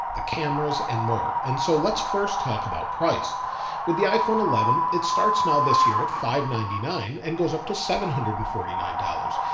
the cameras, and more. and so let's first talk about price with the iphone eleven. it starts now this year at five ninety nine and goes up to seven hundred and forty nine dollars.